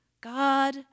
God